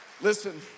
Listen